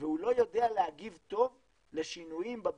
והוא לא יודע להגיב טוב לשינויים בביקושים.